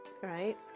right